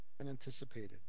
unanticipated